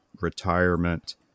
retirement